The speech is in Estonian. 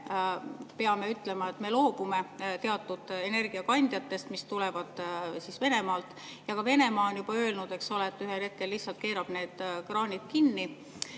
peame ütlema, et me loobume teatud energiakandjatest, mis tulevad Venemaalt, ja ka Venemaa on juba öelnud, et ta ühel hetkel lihtsalt keerab need kraanid kinni,